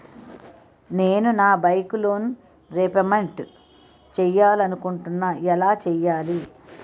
నేను నా bike loan repayment చేయాలనుకుంటున్నా ఎలా చేయాలి?